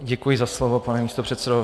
Děkuji za slovo, pane místopředsedo.